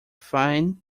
fine